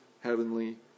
heavenly